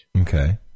Okay